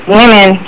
women